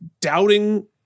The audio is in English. doubting